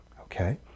Okay